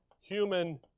human